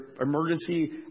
emergency